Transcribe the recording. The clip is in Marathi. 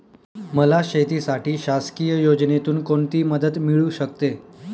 मला शेतीसाठी शासकीय योजनेतून कोणतीमदत मिळू शकते?